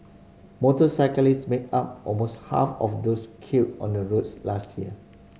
motorcyclists made up almost half of those killed on the roads last year